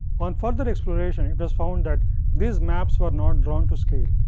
on further exploration, it was found that these maps were not drawn to scale.